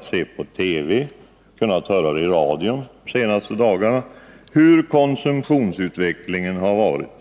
se i TV och höra i radio de senaste dagarna hur konsumtionsutvecklingen har varit.